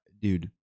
dude